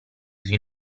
sui